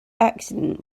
accident